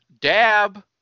Dab